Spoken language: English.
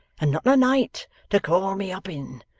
and not a night to call me up in.